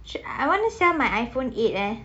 should I want to sell my iphone eight eh